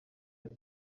ati